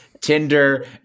tinder